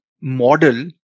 model